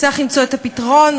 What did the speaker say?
צריך למצוא את הפתרון.